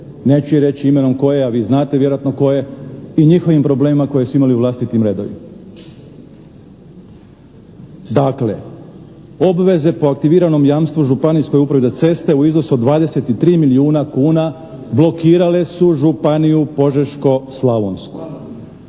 Neću je reći imenom tko je, a vi znate vjerojatno tko je i njihovim problemima koje su imali u vlastitim redovima. Dakle, obveze po aktiviranom jamstvu Županijskoj upravi za ceste u iznosu od 23 milijuna kuna blokirale su županiju Požeško-slavonsku.